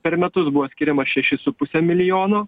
per metus buvo skiriama šeši su puse milijono